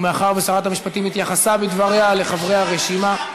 ומאחר ששרת המשפטים התייחסה בדבריה לחברי הרשימה,